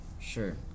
Sure